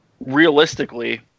realistically